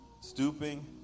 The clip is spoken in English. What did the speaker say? Stooping